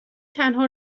تنها